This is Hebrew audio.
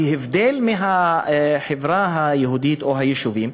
להבדיל מהחברה היהודית או היישובים,